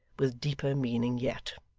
with deeper meaning yet.